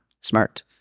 Smart